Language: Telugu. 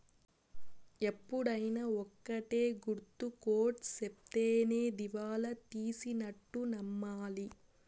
ఎప్పుడైనా ఒక్కటే గుర్తు కోర్ట్ సెప్తేనే దివాళా తీసినట్టు నమ్మాలి